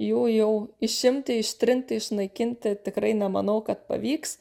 jų jau išimti ištrinti išnaikinti tikrai nemanau kad pavyks